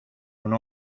una